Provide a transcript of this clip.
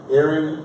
Aaron